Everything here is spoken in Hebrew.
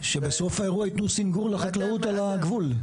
שבסוף האירוע יתנו סנגור לחקלאות על הגבול.